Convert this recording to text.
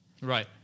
Right